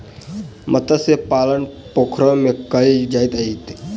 मत्स्य पालन पोखैर में कायल जाइत अछि